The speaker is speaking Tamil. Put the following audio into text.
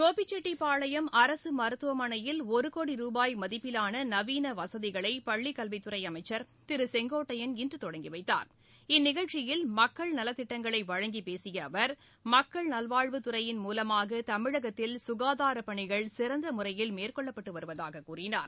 கோபிச்செட்டிபாளையம் அரசு மருத்துவமனையில் ஒரு கோடி ரூபாய் மதிப்பிலான நவீன வசதிகளை பள்ளிக் கல்வித் துறை அமைச்சர் இந்நிகழ்ச்சியில் மக்கள் நலத் திட்டங்களை வழங்கி பேசிய அவர் மக்கள் நல்வாழ்வுத் துறையின் மூலமாக தமிழகத்தில் சுகாதாரப் பனிகள் சிறந்த முறையில் மேற்கொள்ளப்பட்டு வருவதாக கூறினார்